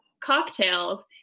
Cocktails